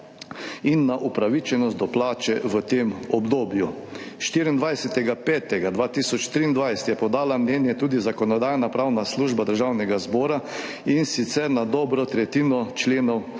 in na upravičenost do plače v tem obdobju. 24. 5. 2023 je podala mnenje tudi Zakonodajno-pravna služba Državnega zbora, in sicer na dobro tretjino členov